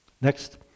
next